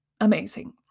Amazing